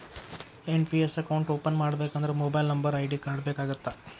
NPS account open ಮಾಡಬೇಕಂದ್ರ mobile number ID card ಬೇಕಾಗತ್ತಾ?